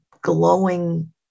glowing